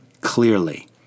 clearly